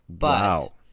Wow